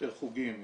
יותר חוגים,